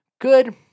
Good